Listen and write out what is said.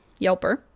Yelper